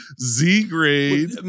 Z-grade